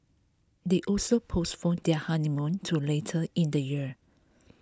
they also postponed their honeymoon to later in the year